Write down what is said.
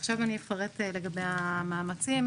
עכשיו אפרט לגבי המאמצים,